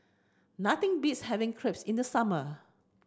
nothing beats having Crepes in the summer